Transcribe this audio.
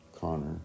Connor